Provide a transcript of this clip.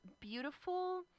beautiful